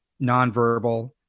nonverbal